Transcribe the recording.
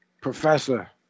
Professor